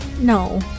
No